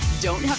don't have